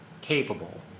capable